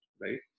right